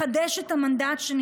לפרק ולהרכיב מחדש.